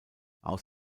aus